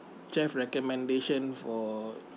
chef recommendation for